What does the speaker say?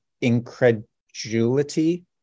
incredulity